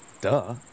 Duh